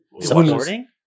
Supporting